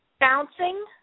Bouncing